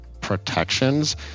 protections